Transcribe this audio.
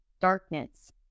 darkness